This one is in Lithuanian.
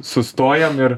sustojam ir